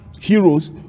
heroes